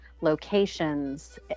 locations